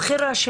זו הבחירה שלה.